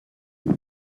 you